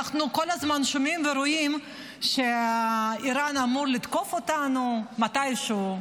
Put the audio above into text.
אנחנו כל הזמן שומעים ורואים שאיראן אמורה לתקוף אותנו מתישהו.